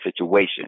situation